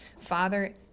Father